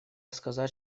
сказать